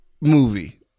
movie